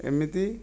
ଏମିତି